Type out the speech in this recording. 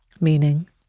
Meaning